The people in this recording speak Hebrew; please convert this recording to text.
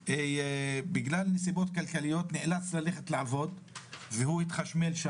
בגלל נסיבות כלכליות הוא נאלץ ללכת לעבוד והוא התחשמל,